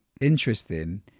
interesting